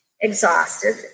exhausted